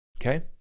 Okay